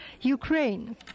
Ukraine